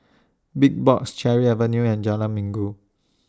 Big Box Cherry Avenue and Jalan Minggu